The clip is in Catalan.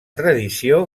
tradició